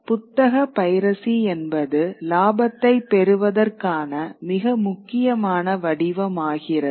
புத்தக பைரசி என்பது லாபத்தைப் பெறுவதற்கான மிக முக்கியமான வடிவமாகிறது